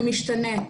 זה משתנה.